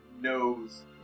knows